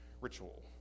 ritual